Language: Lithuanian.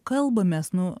kalbamės nu